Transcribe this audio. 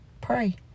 pray